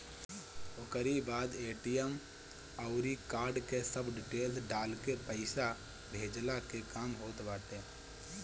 ओकरी बाद ए.टी.एम अउरी कार्ड के सब डिटेल्स डालके पईसा भेजला के काम होत बाटे